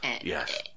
Yes